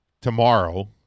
tomorrow